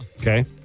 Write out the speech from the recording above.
Okay